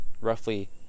roughly